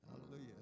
Hallelujah